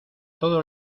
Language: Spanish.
todo